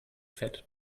fett